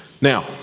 now